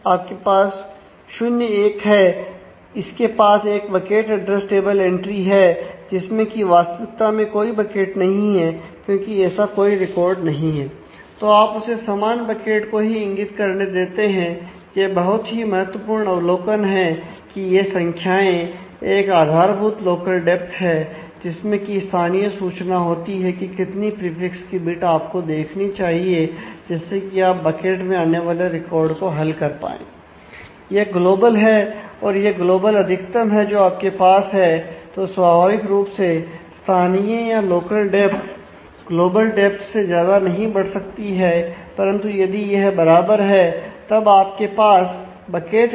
आपके पास 0 1 हैं इसके पास एक बकेट एड्रेस टेबल एंट्री है जिसमें की स्थानीय सूचना होती है की कितनी प्रीफिक्स की बिट आपको देखनी चाहिए जिससे कि आप बकेट में आने वाले रिकॉर्ड को हल कर पाए